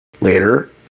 later